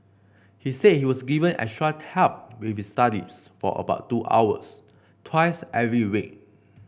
he said he was given extra help with his studies for about two hours twice every week